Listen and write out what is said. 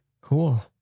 Cool